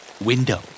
window